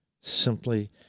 simply